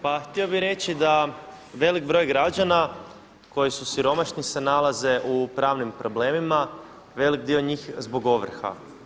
Pa htio bih reći da velik broj građana koji su siromašni se nalaze u pravnim problemima veliki dio njih zbog ovrha.